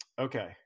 Okay